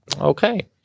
Okay